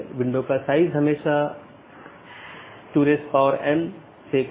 इसलिए जब ऐसी स्थिति का पता चलता है तो अधिसूचना संदेश पड़ोसी को भेज दिया जाता है